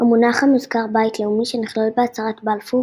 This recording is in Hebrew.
המונח המוזכר "בית לאומי" שנכלל בהצהרת בלפור